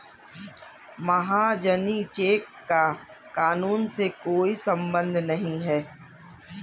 महाजनी चेक का कानून से कोई संबंध नहीं है